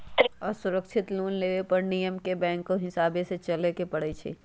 असुरक्षित लोन लेबे पर नियम के बैंकके हिसाबे से चलेए के परइ छै